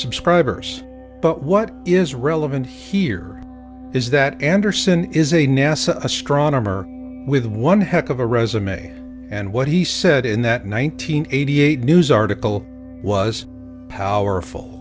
subscribers but what is relevant here is that anderson is a nasa astronomer with one heck of a resume and what he said in that one nine hundred eighty eight news article was powerful